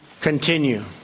continue